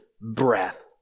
breath